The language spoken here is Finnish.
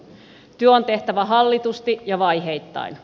työ on tehtävä hallitusti ja vaiheittain